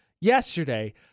yesterday